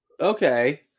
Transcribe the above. Okay